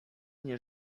nie